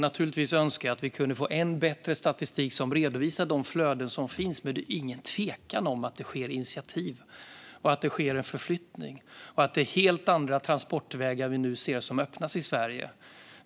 Naturligtvis önskar jag att vi kunde få än bättre statistik som redovisar de flöden som finns. Men det råder inget tvivel om att det sker initiativ och en förflyttning. Vi kan se helt andra transportvägar öppnas i Sverige.